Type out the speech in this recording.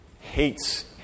hates